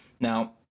Now